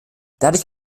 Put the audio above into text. dadurch